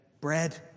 Bread